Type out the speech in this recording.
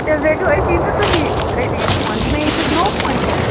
تیٚلہِ رٔٹِو أتی تہٕ تُہی رٔٹِو یہِ فون مےٚ ییٖتِس نوٚو فون یِیہِ